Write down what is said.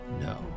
No